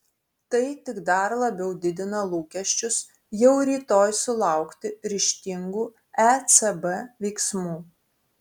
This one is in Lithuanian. tai tik dar labiau didina lūkesčius jau rytoj sulaukti ryžtingų ecb veiksmų